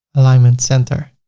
alignment center.